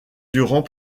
durant